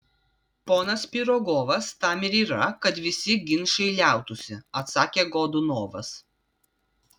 ponas pirogovas tam ir yra kad visi ginčai liautųsi atsakė godunovas